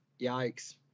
yikes